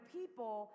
people